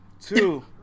two